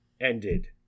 ended